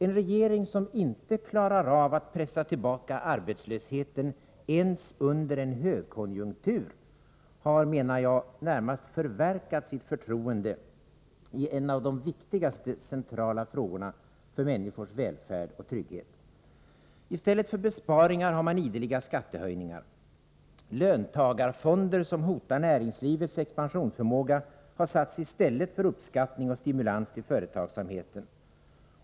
En regering som inte klarar av att pressa tillbaka arbetslösheten ens under en högkonjunktur har, menar jag, närmast förverkat sitt förtroende ien av de viktigaste centrala frågorna för människors välfärd och trygghet. I stället för besparingar har man ideliga skattehöjningar. Löntagarfonder, som hotar näringslivets expansionsförmåga, har satts i stället för uppskattning och stimulans till företagsamheten.